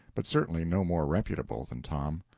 but certainly no more reputable, than tom.